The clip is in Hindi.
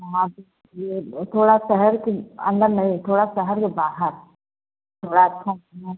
हाँ ये थोड़ा शहर के अंदर नहीं थोड़ा शहर के बाहर थोड़ा अच्छा रहे